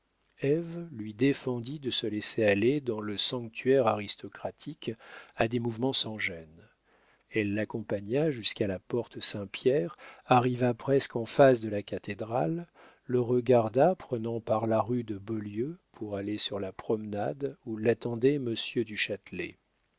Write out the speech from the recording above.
lui défendit de se laisser aller dans le sanctuaire aristocratique à des mouvements sans gêne elle l'accompagna jusqu'à la porte saint-pierre arriva presque en face de la cathédrale le regarda prenant par la rue de beaulieu pour aller sur la promenade où l'attendait